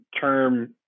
term